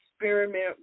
experiment